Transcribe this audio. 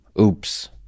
oops